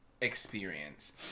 experience